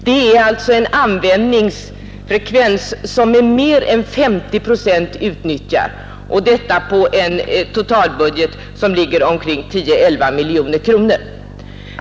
Det är alltså en användningsfrekvens som innebär ett ökat utnyttjande till mer än 50 procent på en total budget av omkring 10—11 miljoner kronor.